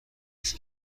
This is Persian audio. است